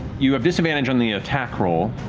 you have disadvantage on the attack roll.